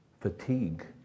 Fatigue